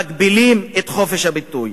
מגבילים את חופש הביטוי.